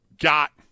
got